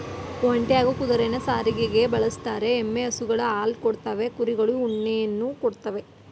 ಒಂಟೆ ಹಾಗೂ ಕುದುರೆನ ಸಾರಿಗೆಗೆ ಬಳುಸ್ತರೆ, ಎಮ್ಮೆ ಹಸುಗಳು ಹಾಲ್ ಕೊಡ್ತವೆ ಕುರಿಗಳು ಉಣ್ಣೆಯನ್ನ ಕೊಡ್ತವೇ